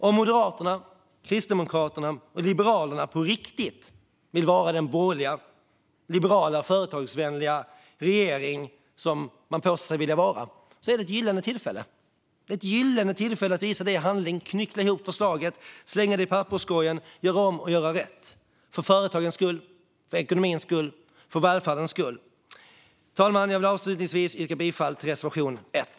Om Moderaterna, Kristdemokraterna och Liberalerna på riktigt vill vara den borgerliga, liberala och företagsvänliga regering som man påstår sig vilja vara är detta ett gyllene tillfälle att visa det i handling - att knyckla ihop förslaget, slänga det i papperskorgen, göra om och göra rätt, för företagens skull, för ekonomins skull och för välfärdens skull. Fru talman! Jag vill avslutningsvis yrka bifall till reservation 1.